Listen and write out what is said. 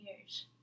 years